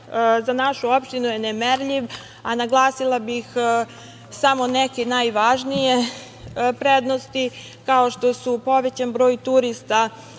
za našu opštinu je nemerljiv, a naglasila bih samo neke najvažnije prednosti, kao što su povećan broj turista